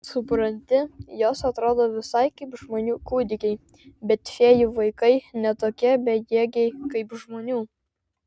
supranti jos atrodo visai kaip žmonių kūdikiai bet fėjų vaikai ne tokie bejėgiai kaip žmonių